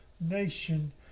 nation